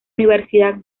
universidad